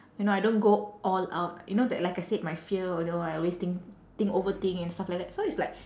you know I don't go all out you know that like I said my fear or you know I always think think overthink and stuff like that so it's like